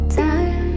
time